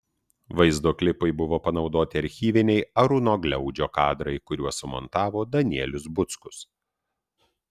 vaizdo klipui buvo panaudoti archyviniai arūno gliaudžio kadrai kuriuos sumontavo danielius buckus